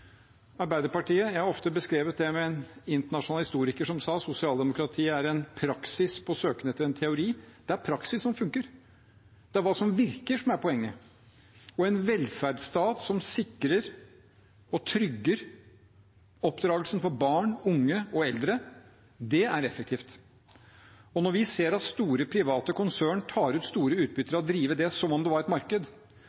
Jeg har ofte beskrevet det med en internasjonal historiker som sa at sosialdemokratiet er en praksis på søken etter en teori. Det er praksis som funker. Det er hva som virker, som er poenget. Og en velferdsstat som sikrer og trygger oppdragelsen for barn og unge, og som trygger eldre, er effektivt. Når vi ser at store private konsern tar ut store utbytter